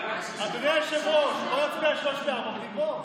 אדוני היושב-ראש, בוא נצביע על 3 ו-4 ונגמור.